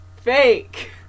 fake